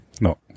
No